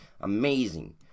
Amazing